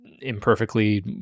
imperfectly